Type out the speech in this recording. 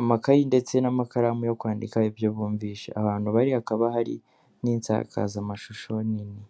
amakayi ndetse n'amakaramu yo kwandika ibyo bumvise, ahantu bari hakaba hari n'insakazamashusho nini.